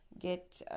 get